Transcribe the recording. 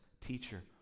teacher